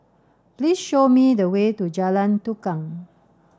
please show me the way to Jalan Tukang